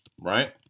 right